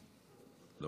לא